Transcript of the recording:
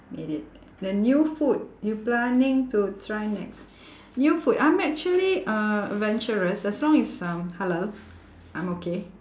made it the new food you planning to try next new food I'm actually uh adventurous as long it's um halal I'm okay